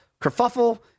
kerfuffle